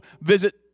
visit